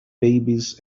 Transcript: babies